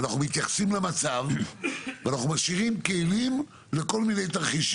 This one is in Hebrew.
אנחנו מתייחסים למצב ואנחנו משאירים כלים לכל מיני תרחישים.